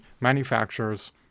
manufacturers